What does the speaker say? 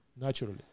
Naturally